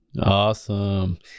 Awesome